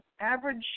average